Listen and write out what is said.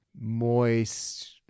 moist